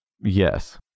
Yes